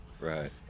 right